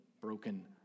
broken